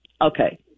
Okay